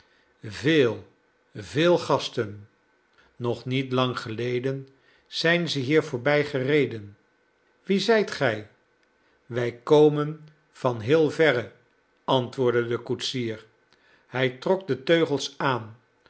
veel veel gasten nog niet lang geleden zijn ze hier voorbij gereden wie zijt gij wij komen van heel verre antwoordde de koetsier hij trok de teugels aan